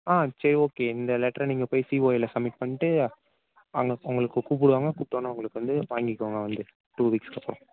ஆ சரி ஓகே இந்த லெட்டரை நீங்கள் போய் சிஓ கையில சப்மிட் பண்ணிவிட்டு அங்கே உங்களை கூப்பிடுவாங்க கூப்பிட்டோனே உங்களுக்கு வந்து வாங்கிக்கோங்க வந்து டூ வீக்ஸ்க்கு அப்புறம்